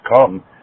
come